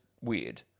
weird